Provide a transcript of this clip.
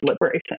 liberation